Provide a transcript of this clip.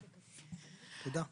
תודה.